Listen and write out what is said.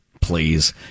Please